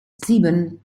sieben